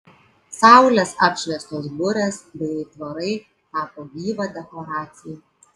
saulės apšviestos burės bei aitvarai tapo gyva dekoracija